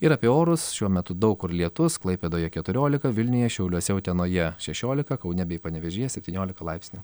ir apie orus šiuo metu daug kur lietus klaipėdoje keturiolika vilniuje šiauliuose utenoje šešiolika kaune bei panevėžyje septyniolika laipsnių